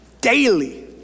daily